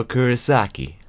Kurosaki